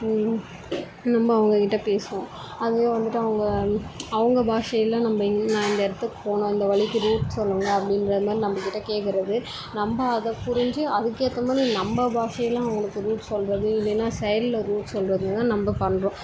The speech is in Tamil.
நம்ம அவங்கக்கிட்ட பேசுவோம் அதுவே வந்துட்டு அவங்க அவங்க பாஷையில் நம்ம இந் நான் இந்த இடத்துக்கு போகணும் இந்த வழிக்கு ரூட் சொல்லுங்கள் அப்படின்றது மாதிரி நம்மக்கிட்ட கேட்குறது நம்ம அதை புரிந்து அதுக்கு ஏத்தமாதிரி நம்ம பாஷையில் அவங்களுக்கு ரூட் சொல்கிறது இல்லைன்னா செயல்ல ரூட் சொல்கிறதுன்னா நம்ம பண்ணுறோம்